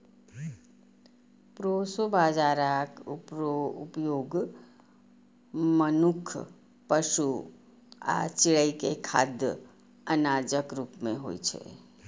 proso बाजाराक उपयोग मनुक्ख, पशु आ चिड़ै के खाद्य अनाजक रूप मे होइ छै